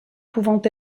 pouvant